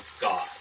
God